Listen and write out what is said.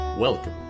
Welcome